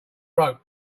rope